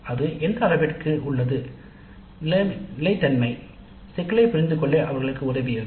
அது எந்த அளவிற்கு நிலைத்தன்மை சிக்கலைப் புரிந்துகொள்ள அவர்களுக்கு உதவியது